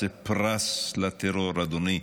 זה פרס לטרור, אדוני.